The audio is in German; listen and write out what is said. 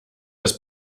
das